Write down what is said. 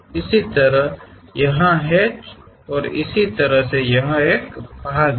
इसी तरह यहाँ हैच और इसी तरह यह एक भाग है